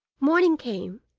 morning came,